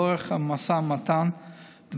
לאורך המשא ומתן עם הליכוד,